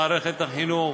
החינוך,